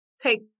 take